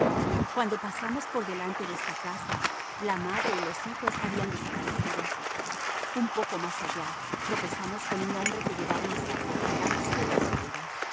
cuando pasamos por delante de esta casa la madre y los hijos habían desaparecido un poco más allá tropezamos con un hombre que llevaba un saco cargado sobre la espalda